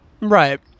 right